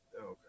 Okay